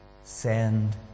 send